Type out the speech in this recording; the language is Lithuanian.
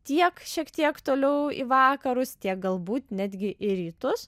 tiek šiek tiek toliau į vakarus tiek galbūt netgi į rytus